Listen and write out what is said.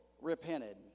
repented